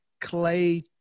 Clay